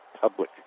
public